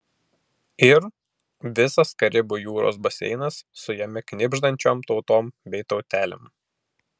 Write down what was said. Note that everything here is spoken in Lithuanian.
ir visas karibų jūros baseinas su jame knibždančiom tautom bei tautelėm